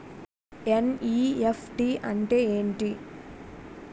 NEFT అంటే ఎంటి?